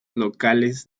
locales